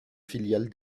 filiale